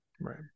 Right